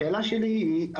השאלה שלי היא,